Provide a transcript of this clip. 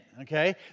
okay